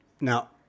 Now